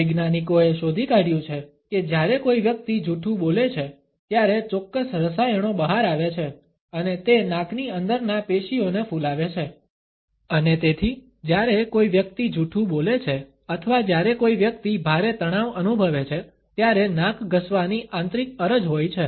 વૈજ્ઞાનિકોએ શોધી કાઢ્યું છે કે જ્યારે કોઈ વ્યક્તિ જૂઠું બોલે છે ત્યારે ચોક્કસ રસાયણો બહાર આવે છે અને તે નાકની અંદરના પેશીઓને ફૂલાવે છે અને તેથી જ્યારે કોઈ વ્યક્તિ જૂઠું બોલે છે અથવા જ્યારે કોઈ વ્યક્તિ ભારે તણાવ અનુભવે છે ત્યારે નાક ઘસવાની આંતરિક અરજ હોય છે